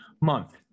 month